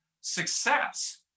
success